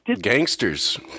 Gangsters